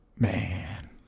Man